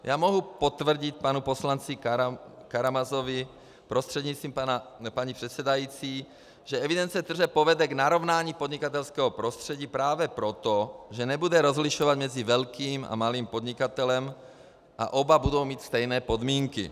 Já mohu potvrdit panu poslanci Karamazovi prostřednictvím paní předsedající, že evidence tržeb povede k narovnání podnikatelského prostředí právě proto, že nebude rozlišovat mezi velkým a malým podnikatelem a oba budou mít stejné podmínky.